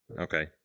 Okay